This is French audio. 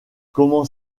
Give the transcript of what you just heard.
comment